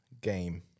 game